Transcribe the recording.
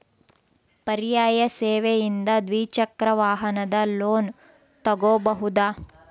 ಪರ್ಯಾಯ ಸೇವೆಯಿಂದ ದ್ವಿಚಕ್ರ ವಾಹನದ ಲೋನ್ ತಗೋಬಹುದಾ?